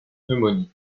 pneumonie